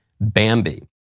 Bambi